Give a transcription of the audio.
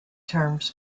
terms